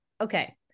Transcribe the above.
okay